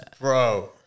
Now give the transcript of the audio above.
bro